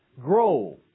grow